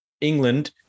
England